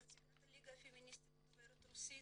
נציגת הליגה הפמיניסטית דוברת רוסית.